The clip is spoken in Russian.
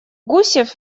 гусев